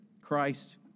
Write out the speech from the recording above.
Christ